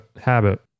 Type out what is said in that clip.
habit